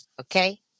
okay